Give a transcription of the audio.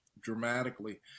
dramatically